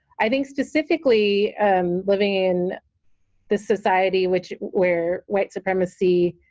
i think specifically um living in this society which where white supremacy